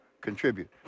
contribute